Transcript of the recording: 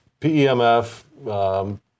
PEMF-